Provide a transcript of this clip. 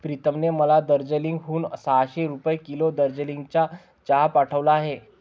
प्रीतमने मला दार्जिलिंग हून सहाशे रुपये किलो दार्जिलिंगचा चहा पाठवला आहे